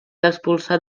expulsat